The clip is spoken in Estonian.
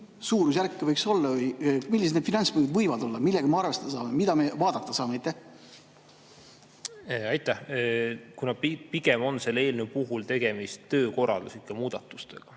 suurusjärk võiks olla. Millised need finantskulud võivad olla, millega me arvestada saame, mida me vaadata saame? Aitäh! Kuna pigem on selle eelnõu puhul tegemist töökorralduslike muudatustega,